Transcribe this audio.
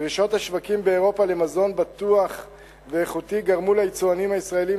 דרישות השווקים באירופה למזון בטוח ואיכותי גרמו ליצואנים הישראלים